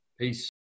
peace